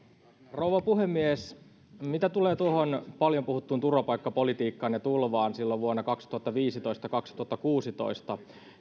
rouva puhemies mitä tulee tuohon paljon puhuttuun turvapaikkapolitiikkaan ja tulvaan silloin vuonna kaksituhattaviisitoista viiva kaksituhattakuusitoista